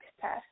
test